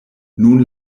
nun